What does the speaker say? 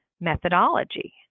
methodology